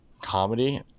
comedy